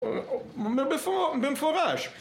הוא אומר במפורש